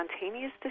spontaneous